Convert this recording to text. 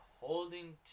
holding